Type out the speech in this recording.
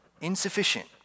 insufficient